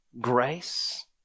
grace